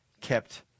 kept